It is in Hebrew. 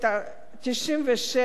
1996 2002,